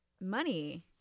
money